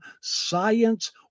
science